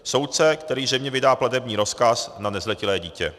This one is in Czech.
Soudce, který zřejmě vydá platební rozkaz na nezletilé dítě.